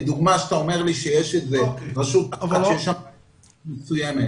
כדוגמה שיש רשות מסוימת.